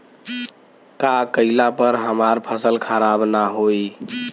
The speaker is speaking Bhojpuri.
का कइला पर हमार फसल खराब ना होयी?